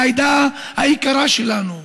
העדה היקרה שלנו,